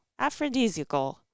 aphrodisiacal